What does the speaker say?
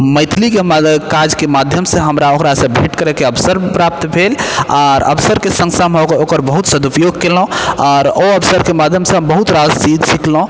मैथिलीके माध काजके माध्यमसँ हमरा ओकरासँ भेँट करयके अवसर प्राप्त भेल आर अवसरके सङ्ग सङ्ग हम ओकर बहुत सदुपयोग कयलहुँ आओर ओ अवसरके माध्यमसँ हम बहुत रास चीज सिखलहुँ